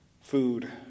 food